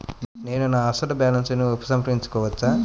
నేను నా అసలు బాలన్స్ ని ఉపసంహరించుకోవచ్చా?